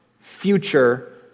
future